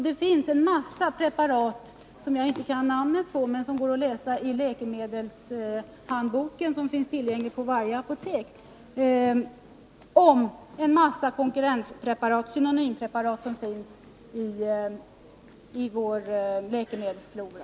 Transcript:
Det finns en massa preparat — som jag 107 inte kan namnen på, men de går att läsa i läkemedelshandboken, som finns tillgänglig på varje apotek — och dessutom en mängd konkurrenspreparat, synonympreparat, i vår läkemedelsflora.